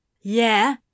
Yeah